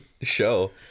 show